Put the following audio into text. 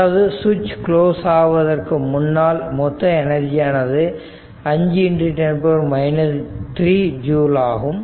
அதாவது switch close ஆவதற்கு முன்னால் மொத்த எனர்ஜியானது 510 3 ஜூல் ஆகும்